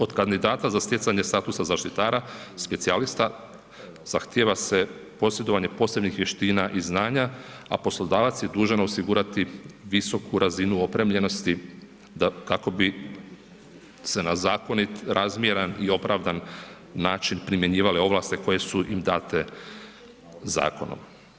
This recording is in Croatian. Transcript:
Od kandidata za stjecanje statusa zaštitara specijalista zahtjeva se posjedovanje posebnih vještina i znanja a poslodavac je dužan osigurati visoku razinu opremljenosti kako bi se na zakonit, razmjeran i opravdan način primjenjivale ovlasti koje su im dane zakonom.